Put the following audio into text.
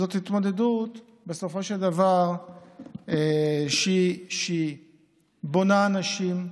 זאת התמודדות שבסופו של דבר בונה אנשים,